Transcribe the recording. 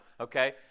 Okay